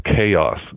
chaos